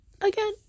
again